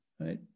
Right